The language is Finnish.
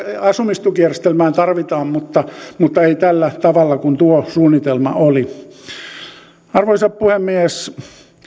asumistukijärjestelmään tarvitaan mutta mutta ei tällä tavalla kuin tuossa suunnitelmassa oli arvoisa puhemies